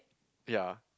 yea